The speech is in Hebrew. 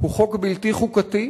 הוא חוק בלתי חוקתי,